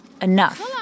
Enough